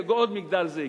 ועוד מגדל זה.